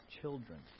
children